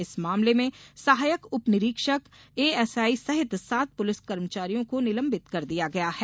इस मामले में सहायक उप निरीक्षक एएसआई सहित सात पुलिस कर्मचारियों को निलंबित कर दिया गया है